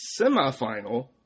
semifinal